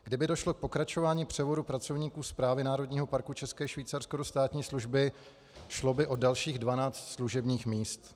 Kdyby došlo k pokračování převodu pracovníků Správy Národního parku České Švýcarsko do státní služby, šlo by o dalších 12 služebních míst.